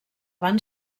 van